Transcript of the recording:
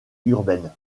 urbaine